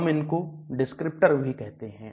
हम इनको डिस्क्रिप्टर भी कहते हैं